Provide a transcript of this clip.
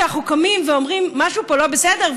כשאנחנו קמים ואומרים: משהו פה לא בסדר,